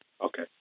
Okay